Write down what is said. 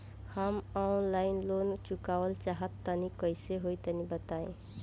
हम online loan चुकावल चाहऽ तनि कइसे होई तनि बताई?